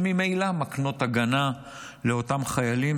שממילא מקנות הגנה לאותם חיילים